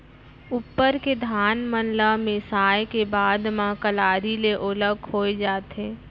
उप्पर के धान मन ल मिसाय के बाद म कलारी ले ओला खोय जाथे